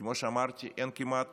כמו שאמרתי, אין כמעט